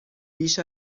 بیش